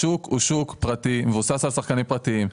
השוק הוא שוק פרטי, מבוסס על שחקנים פרטיים.